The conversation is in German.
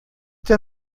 der